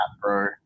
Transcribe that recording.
bro